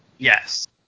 Yes